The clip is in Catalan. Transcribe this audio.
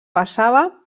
basava